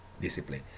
discipline